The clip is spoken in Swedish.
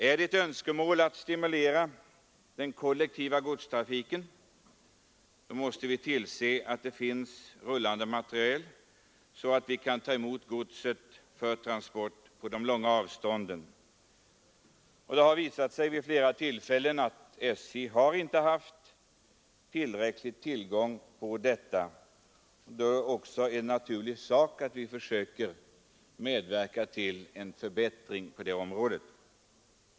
Är det ett önskemål att stimulera den kollektiva godstrafiken måste vi tillse att det finns rullande materiel så att vi kan ta emot godset för transport till orter på långt avstånd. Det har visat sig vid flera tillfällen att SJ inte har haft tillräcklig tillgång till rullande materiel. Då är det också en 121 naturlig sak att vi försöker medverka till en förbättring på det området.